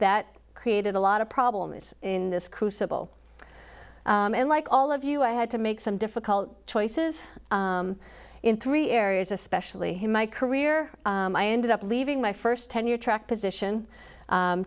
that created a lot of problems in this crucible and like all of you i had to make some difficult choices in three areas especially in my career i ended up leaving my first tenure track position